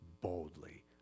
boldly